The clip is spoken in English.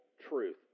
truth